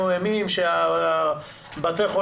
חוק הביטוח הלאומי (תיקון - שינוי המונח